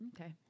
okay